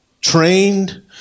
trained